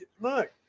look